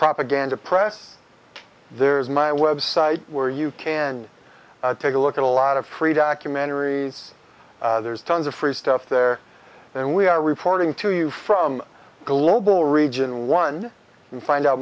propaganda press there is my website where you can take a look at a lot of free documentaries there's tons of free stuff there and we are reporting to you from global region one can find out